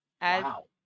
Wow